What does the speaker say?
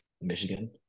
Michigan